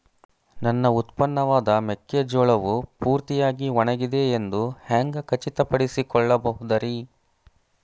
ನನ್ನ ಉತ್ಪನ್ನವಾದ ಮೆಕ್ಕೆಜೋಳವು ಪೂರ್ತಿಯಾಗಿ ಒಣಗಿದೆ ಎಂದು ಹ್ಯಾಂಗ ಖಚಿತ ಪಡಿಸಿಕೊಳ್ಳಬಹುದರೇ?